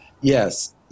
Yes